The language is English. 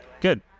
good